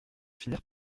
finir